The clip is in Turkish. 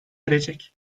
erecek